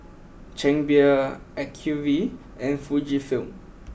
Chang Beer Acuvue and Fujifilm